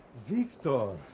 victor,